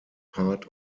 part